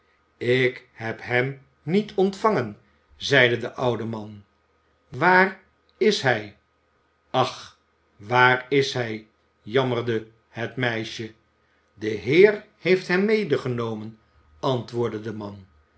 ik heb hem niet ontvangen zeide de oude man waar is hij ach waar is hij jammerde het meisje de heer heeft hem medegenomen antwoordde de man